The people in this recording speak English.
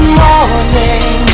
morning